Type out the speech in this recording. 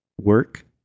work